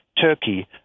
Turkey